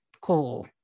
cool